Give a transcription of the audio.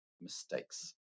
mistakes